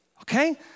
okay